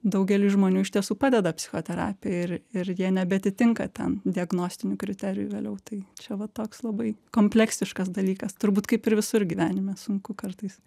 daugeliui žmonių iš tiesų padeda psichoterapija ir ir jie nebeatitinka ten diagnostinių kriterijų vėliau tai čia va toks labai kompleksiškas dalykas turbūt kaip ir visur gyvenime sunku kartais